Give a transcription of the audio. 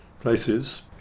places